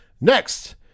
Next